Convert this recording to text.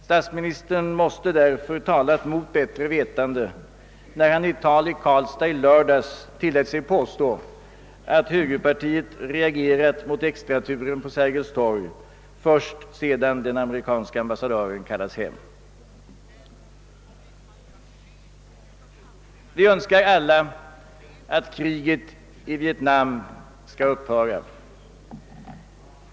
Statsministern måste därför ha talat mot bättre vetande när han i ett tal i Karlstad i lördags tillät sig påstå, att högerpartiet reagerat mot extraturen på Sergels torg först sedan den amerikanske ambassadören kallats hem. Vi önskar alla att kriget i Vietnam skall upphöra.